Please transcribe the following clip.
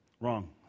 Wrong